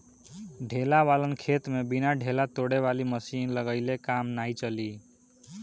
ढेला वालन खेत में बिना ढेला तोड़े वाली मशीन लगइले काम नाइ चली